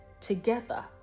together